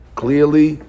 clearly